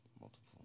multiple